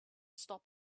stop